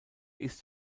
ist